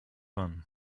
ran